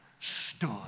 stood